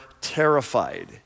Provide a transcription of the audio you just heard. terrified